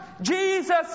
Jesus